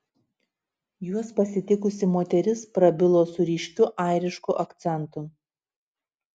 juos pasitikusi moteris prabilo su ryškiu airišku akcentu